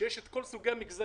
כשיש את כל סוגי המגזרים,